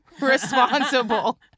responsible